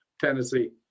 Tennessee